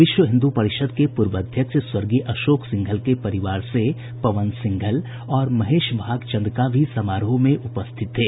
विश्व हिन्दू परिषद के पूर्व अध्यक्ष स्वर्गीय अशोक सिंघल के परिवार से पवन सिंघल और महेश भागचंदका भी समारोह में उपस्थित थे